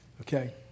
Okay